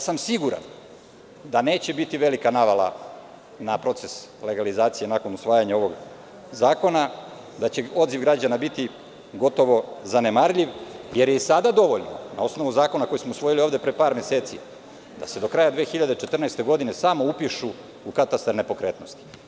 Siguran sam da neće biti velika navala na proces legalizacije nakon usvajanja ovog zakona, da će odziv građana biti gotovo zanemarljiv, jer je i sada dovoljno, na osnovu zakona koji smo usvojili pre par meseci, da se do kraja 2014. godine samo upišu u katastar nepokretnosti.